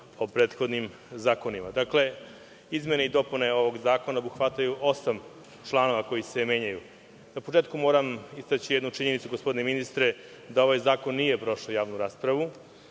o prethodnim zakonima. Izmene i dopune ovog zakona obuhvataju osam članova koji se menjaju. Na početku moram istaći jednu činjenicu, gospodine ministre, da ovaj zakon nije prošao javnu raspravu.